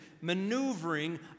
maneuvering